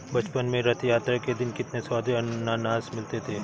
बचपन में रथ यात्रा के दिन कितने स्वदिष्ट अनन्नास मिलते थे